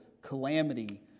calamity